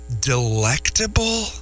delectable